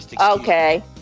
okay